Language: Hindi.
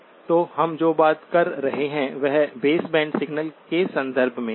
तो हम जो बात कर रहे हैं वह बेस बैंड सिग्नल के संदर्भ में है